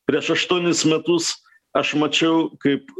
prieš aštuonis metus aš mačiau kaip